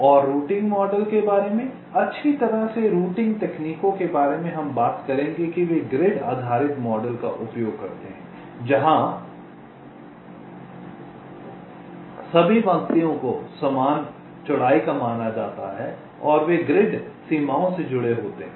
और routing model के बारे में अच्छी तरह से रूटिंग तकनीकों के बारे में हम बात करेंगे कि वे ग्रिड आधारित मॉडल का उपयोग करते हैं जहां सभी पंक्तियों को समान चौड़ाई का माना जाता है और वे ग्रिड सीमाओं से जुड़े होते हैं